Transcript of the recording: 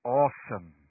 awesome